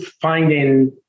finding